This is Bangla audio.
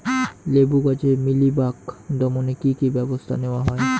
লেবু গাছে মিলিবাগ দমনে কী কী ব্যবস্থা নেওয়া হয়?